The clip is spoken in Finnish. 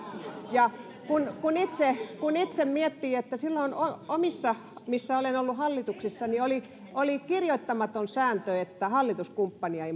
kun itse miettii että silloin omissa hallituksissa missä olen ollut oli oli kirjoittamaton sääntö että hallituskumppania ei